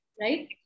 right